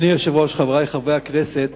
אדוני היושב-ראש, חברי חברי הכנסת,